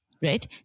Right